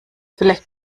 vielleicht